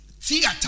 Theater